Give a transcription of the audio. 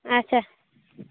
آچھا